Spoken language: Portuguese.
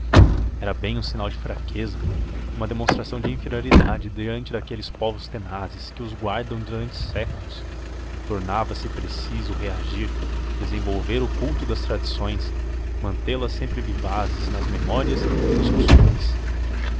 era bem um sinal de fraqueza uma demonstração de inferioridade diante daqueles povos tenazes que os guardam durante séculos tornava-se preciso reagir desenvolver o culto das tradições mantê las sempre vivazes nas memórias e nos costumes